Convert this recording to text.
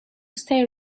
stay